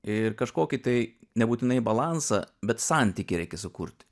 ir kažkokį tai nebūtinai balansą bet santykį reikia sukurt